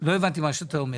לא הבנתי מה שאתה אומר.